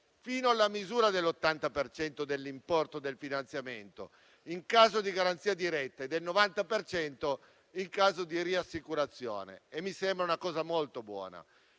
fino alla misura dell'80 per cento dell'importo del finanziamento in caso di garanzia diretta e del 90 per cento in caso di riassicurazione. Questa mi sembra una cosa molto buona.